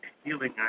healing